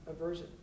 aversion